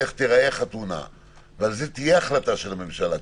על כך תהיה החלטה של הממשלה.